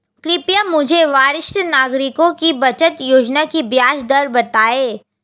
कृपया मुझे वरिष्ठ नागरिकों की बचत योजना की ब्याज दर बताएं